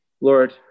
Lord